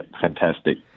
fantastic